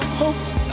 hopes